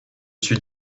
suis